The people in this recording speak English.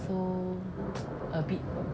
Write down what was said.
so a bit